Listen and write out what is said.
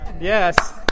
Yes